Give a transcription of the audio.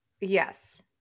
yes